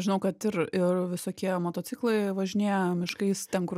žinau kad ir ir visokie motociklai važinėja miškais ten kur